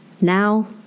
now